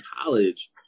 college